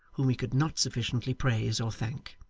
whom he could not sufficiently praise or thank.